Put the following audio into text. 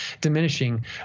diminishing